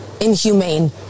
inhumane